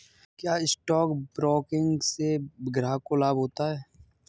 क्या stock broking से ग्राहक को लाभ होता है?